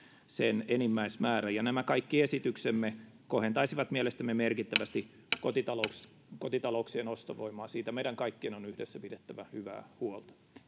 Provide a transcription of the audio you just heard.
sen enimmäismäärän nämä kaikki esityksemme kohentaisivat mielestämme merkittävästi kotitalouksien kotitalouksien ostovoimaa siitä meidän kaikkien on yhdessä pidettävä hyvää huolta